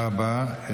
תודה רבה.